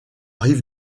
rive